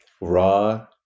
raw